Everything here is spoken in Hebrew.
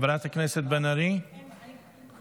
שלוש דקות.